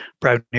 brownie